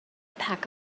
pack